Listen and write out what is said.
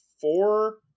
four